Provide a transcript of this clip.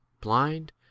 blind